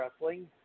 Wrestling